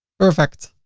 perfect!